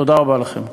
תודה רבה לכם.